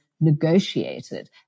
negotiated